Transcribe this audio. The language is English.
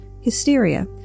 hysteria